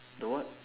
the what